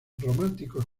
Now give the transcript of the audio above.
románticos